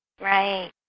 Right